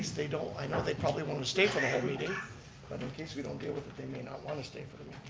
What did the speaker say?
don't, i know they probably want to stay for the whole meeting, but in case we don't deal with it, they may not want to stay for the